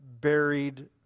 buried